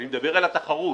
אני מדבר על התחרות.